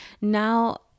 now